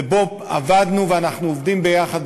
ובה עבדנו ואנחנו עובדים ביחד,